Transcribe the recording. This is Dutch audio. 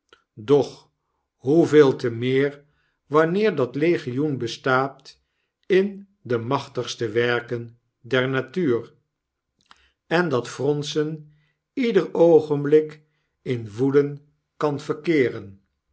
doch hoeveel te meer wanneer dat legioen bestaat in de machtigste werken der natuur en dat fronsen ieder oogenblik in woeden kan verkeeren